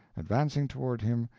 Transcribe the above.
advancing toward him,